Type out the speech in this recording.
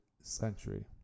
century